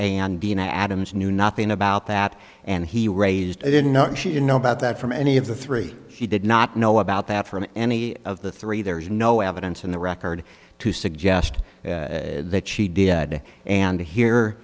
and dean adams knew nothing about that and he raised i didn't know that she didn't know about that from any of the three she did not know about that from any of the three there is no evidence in the record to suggest that she did and here